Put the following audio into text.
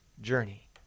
journey